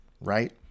right